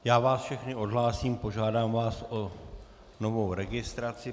Já vás všechny odhlásím, požádám vás o novou registraci.